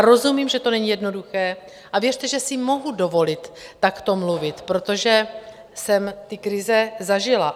Rozumím, že to není jednoduché, a věřte, že si mohu dovolit takto mluvit, protože jsem ty krize zažila.